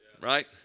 right